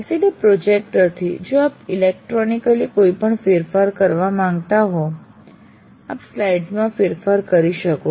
LCD projector થી જો આપ ઇલેક્ટ્રોનિકલી કોઈપણ ફેરફાર કરવા માંગતા હો આપ સ્લાઇડ્સ માં ફેરફાર કરી શકો છો